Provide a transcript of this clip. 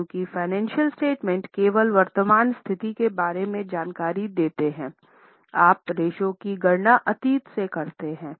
क्योंकि financial statement केवल वर्तमान स्थिति के बारे में जानकारी देते हैं आप रेश्यो की गणना अतीत से करते हैं